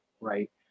Right